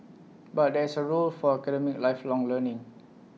but there is A role for academic lifelong learning